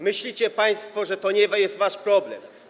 Myślicie państwo, że to nie jest wasz problem.